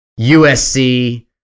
USC